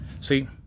See